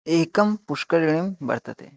एकं पुष्करिणी वर्तते